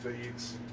feeds